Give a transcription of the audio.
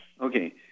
okay